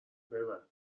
ببر